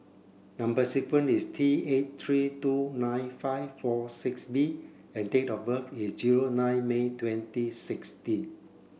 number sequence is T eight three two nine five four six B and date of birth is zero nine May twenty sixteen